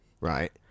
Right